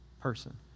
person